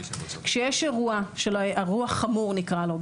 כשיש אירוע אירוע חמור נקרא לו,